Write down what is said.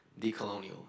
decolonial